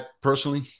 personally